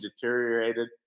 deteriorated